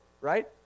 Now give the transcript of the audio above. right